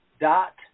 dot